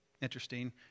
Interesting